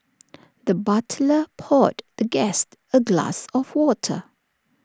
the butler poured the guest A glass of water